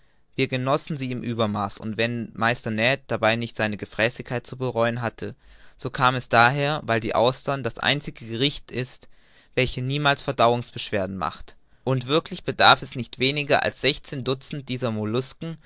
wir genossen sie im uebermaß und wenn meister ned dabei nicht seine gefräßigkeit zu bereuen hatte so kam es daher weil die auster das einzige gericht ist welches niemals verdauungsbeschwerden macht und wirklich bedarf es nicht weniger als sechzehn dutzend dieser